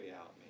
out